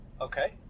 Okay